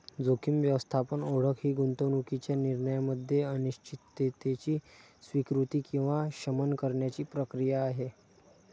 जोखीम व्यवस्थापन ओळख ही गुंतवणूकीच्या निर्णयामध्ये अनिश्चिततेची स्वीकृती किंवा शमन करण्याची प्रक्रिया आहे